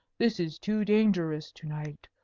this is too dangerous to-night.